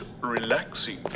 relaxing